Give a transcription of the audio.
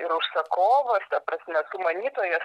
ir užsakovas ta prasme sumanytojas